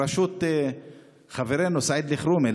בראשות חברנו סעיד אלחרומי,